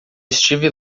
estive